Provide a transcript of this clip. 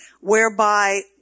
whereby